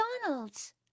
McDonald's